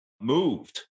moved